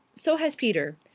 so has peter.